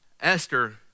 Esther